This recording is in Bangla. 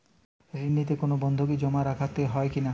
ঋণ নিতে কোনো বন্ধকি জমা রাখতে হয় কিনা?